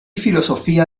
filosofía